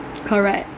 correct